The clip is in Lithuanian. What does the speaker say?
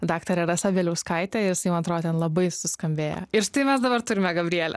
daktare rasa bieliauskaite ir jisai mano atro ten labai suskambėjo ir štai mes dabar turime gabrielę